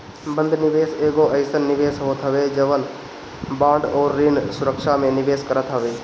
बंध निवेश एगो अइसन निवेश होत हवे जवन बांड अउरी ऋण सुरक्षा में निवेश करत हवे